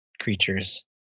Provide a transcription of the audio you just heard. creatures